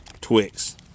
Twix